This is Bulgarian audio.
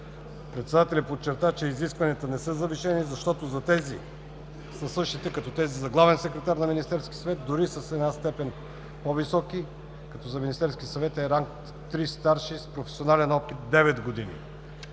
Председателят подчерта, че изискванията не са завишени, защото са същите като тези за главен секретар на Министерския съвет, дори са с една степен по-високи, като за Министерския съвет са: ранг – III старши и професионален опит 9 години.